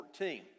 14